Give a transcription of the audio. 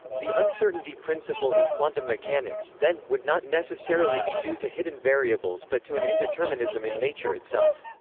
the uncertainty principle in quantum mechanics, then, would not necessarily be due to hidden variables but to an indeterminism in nature itself.